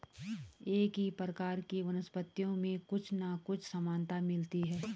एक ही प्रकार की वनस्पतियों में कुछ ना कुछ समानता मिलती है